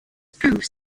proves